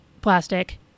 plastic